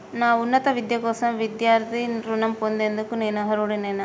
నా ఉన్నత విద్య కోసం విద్యార్థి రుణం పొందేందుకు నేను అర్హుడినేనా?